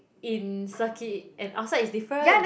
in circuit and outside is different